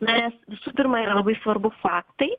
nes visų pirma yra labai svarbu faktai